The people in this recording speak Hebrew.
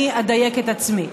אני אדייק את עצמי.